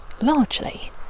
largely